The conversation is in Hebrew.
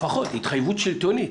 התחייבות שלטונית.